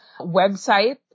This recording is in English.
Website